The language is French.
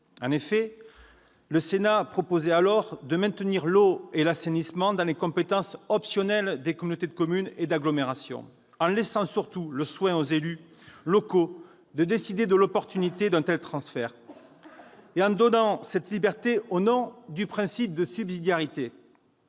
En effet, le Sénat proposait alors de maintenir l'eau et l'assainissement dans les compétences optionnelles des communautés de communes et des communautés d'agglomération, en laissant surtout aux élus locaux le soin de décider de l'opportunité d'un tel transfert et en donnant cette liberté au nom du principe de subsidiarité.